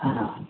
ஆ